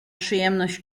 przyjemność